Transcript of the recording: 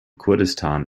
kurdistan